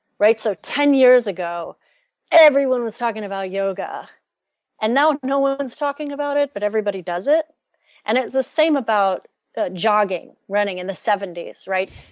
right. so ten years ago everyone was talking about yoga and now now one was talking about it, but everybody does it and it's the same about jogging, running in the seven days, right.